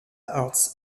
arts